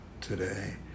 today